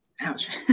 Ouch